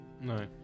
No